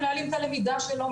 מנהלים את הלמידה שלו,